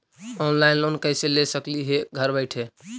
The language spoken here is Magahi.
ऑनलाइन लोन कैसे ले सकली हे घर बैठे?